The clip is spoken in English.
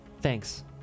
Thanks